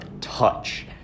touch